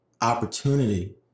opportunity